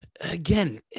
again